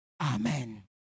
Amen